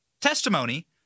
testimony